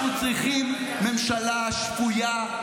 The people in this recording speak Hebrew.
אנחנו צריכים ממשלה שפויה,